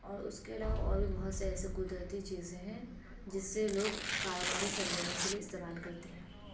اور اس کے علاوہ اور بھی بہت سے ایسے قدرتی چیزیں ہیں جس سے لوگ کار وباری سرزمین کے لئے استعمال کرتے ہے